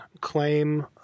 claim –